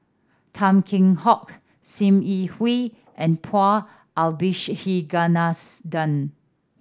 Tan Kheam Hock Sim Yi Hui and Paul Abisheganaden